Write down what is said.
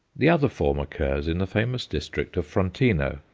the other form occurs in the famous district of frontino,